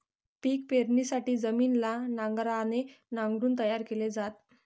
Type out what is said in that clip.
पिक पेरणीसाठी जमिनीला नांगराने नांगरून तयार केल जात